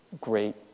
great